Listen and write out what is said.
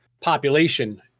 population